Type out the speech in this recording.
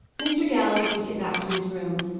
mr. galloway took it back to his room,